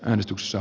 äänestyksessä